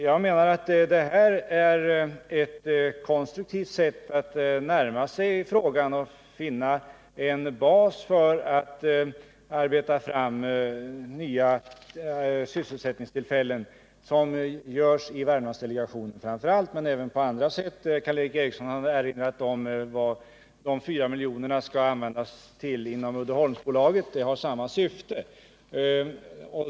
Jag menar att det är ett konstruktivt sätt att närma sig frågan och finna en bas för att arbeta fram nya sysselsättningstillfällen, så som det görs framför allt i Värmlandsdelegationen men även på andra sätt. Karl Erik Eriksson har erinrat om vad de fyra miljonerna skall användas till inom Uddeholmsbolaget. Åtgärderna har samma syfte.